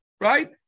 Right